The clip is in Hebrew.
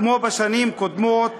כמו בשנים קודמות,